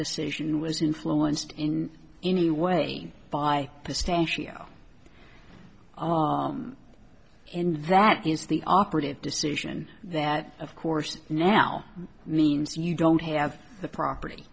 decision was influenced in any way by pistachio and that is the operative decision that of course now means you don't have the property